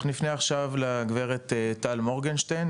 אנחנו נפנה עכשיו לגברת טל מורגנשטיין,